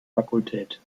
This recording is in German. fakultät